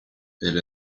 elle